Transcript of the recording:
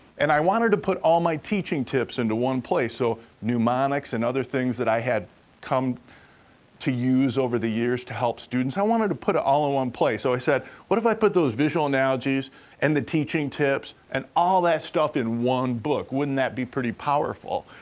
and i wanted to put all my teaching tips into one place, so pneumonics and other things that i had come to use over the years to help students. i wanted to put it all in one place, so i said, what if i put those visual analogies and the teaching tips and all that stuff in one book? wouldn't that be pretty powerful?